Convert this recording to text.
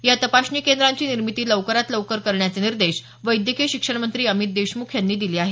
या तपासणी केंद्रांची निर्मिती लवकरात लवकर करण्याचे निर्देश वैद्यकीय शिक्षणमंत्री अमित देशमुख यांनी दिले आहेत